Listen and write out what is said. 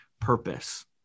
purpose